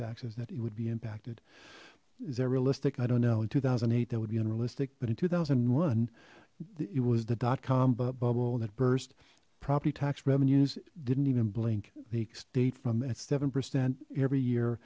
taxes that it would be impacted is there realistic i don't know in two thousand and eight that would be unrealistic but in two thousand and one it was the dot com bubble that burst property tax revenues didn't even blink they stayed from that seven percent every year